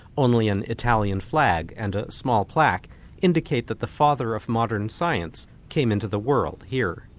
only an italian flag and a small plaque indicate that the father of modern science came into the world here.